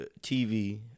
tv